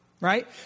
right